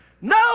No